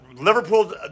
Liverpool